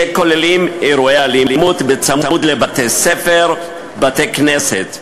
שכוללים אירועי אלימות בצמוד לבתי-ספר ולבתי-כנסת.